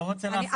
לא רוצה להפריע,